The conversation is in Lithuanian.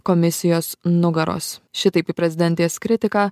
komisijos nugaros šitaip į prezidentės kritiką